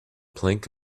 plank